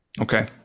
Okay